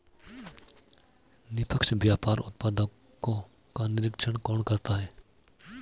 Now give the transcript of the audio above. निष्पक्ष व्यापार उत्पादकों का निरीक्षण कौन करता है?